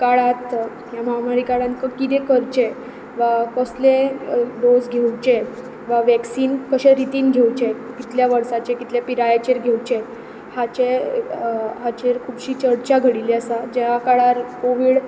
काळांत ह्या महामारी काळांत कितें करचें वा कसले डॉस घेवचे वा वेकसीन कश्या रितीन घेवचें कितल्या वर्साचेर कितल्या पिरायेचेर घेवचे हाचे हाचेर खुबशी चर्चा घडिल्ली आसा ज्या काळार कॉवीड